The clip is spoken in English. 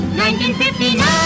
1959